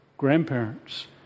Grandparents